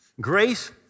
Grace